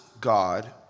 God